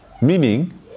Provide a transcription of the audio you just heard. Meaning